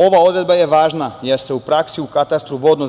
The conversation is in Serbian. Ova odredba je važna jer se u praksi u katastru vodno